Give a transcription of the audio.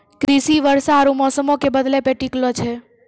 कृषि वर्षा आरु मौसमो के बदलै पे टिकलो छै